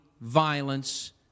violence